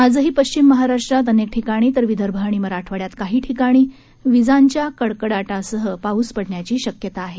आजही पश्चिम महाराष्ट्रात अनेक ठिकाणी तर विदर्भ आणि मराठवाङ्यात काही ठिकाणी विजांच्या कडकडाटासह पाऊस पडण्याची शक्यता आहे